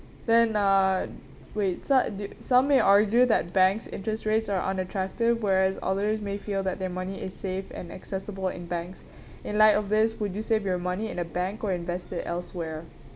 then uh wait so do some may argue that bank's interest rates are unattractive whereas others may feel that their money is safe and accessible in banks in light of this would you save your money in a bank or invest it elsewhere